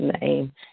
name